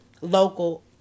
local